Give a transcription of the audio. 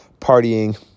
partying